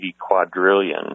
quadrillion